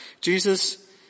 Jesus